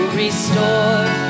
restore